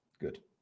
good